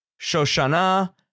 Shoshana